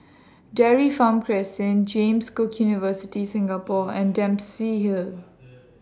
Dairy Farm Crescent James Cook University Singapore and Dempsey Hill